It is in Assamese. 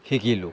শিকিলোঁ